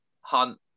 Hunt